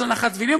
של הנחת תפילין,